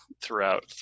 throughout